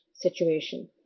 situation